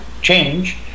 change